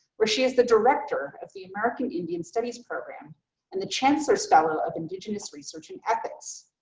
where she is the director of the american indian studies program and the chancellor's fellow of indigenous research and ethics.